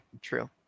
true